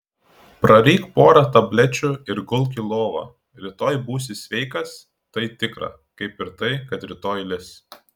praryk porą tablečių ir gulk į lovą rytoj būsi sveikas tai tikra kaip ir tai kad rytoj lis